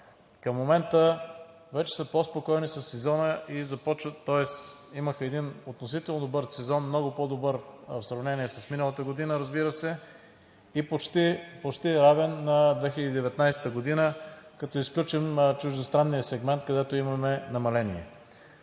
Към момента вече са по-спокойни, имаха един относително добър сезон, много по-добър в сравнение с миналата година, разбира се, и почти равен на 2019 г., като изключим чуждестранния сегмент, където имаме намаление.